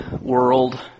world